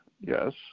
yes